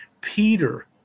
Peter